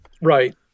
Right